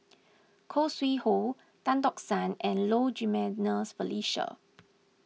Khoo Sui Hoe Tan Tock San and Low Jimenez Felicia